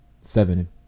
seven